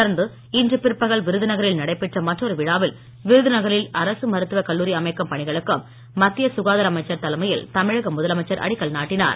தொடர்ந்து இன்று பிற்பகல் விருதுநகரில் நடைபெற்ற மற்றொரு விழாவில் விருதுநகரில் அரசு மருத்துவ கல்லூரி அமைக்கும் பணிகளுக்கும் மத்திய சுகாதார அமைச்சர் தலைமையில் தமிழக முதலமைச்சர் அடிக்கல் நாட்டினார்